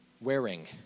wearing